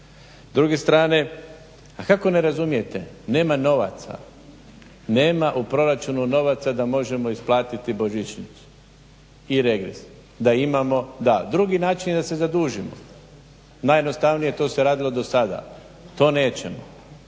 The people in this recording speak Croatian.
druge strane, a kako ne razumijete nema novaca, nema u proračunu novaca da možemo isplatiti božićnicu i regres, da imamo da. Drugi način je da se zadužimo. Najjednostavnije to se radilo do sada. To nećemo